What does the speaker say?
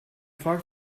fragt